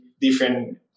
different